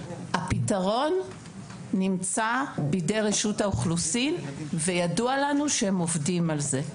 הפתרון נמצא בידי רשות האוכלוסין וידוע לנו שהם עובדים על זה.